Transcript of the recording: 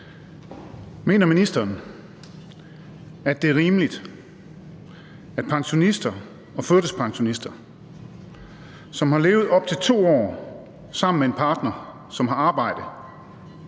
Mener ministeren, at det er rimeligt, at pensionister og førtidspensionister, som har levet op til to år sammen med en partner, der har arbejde,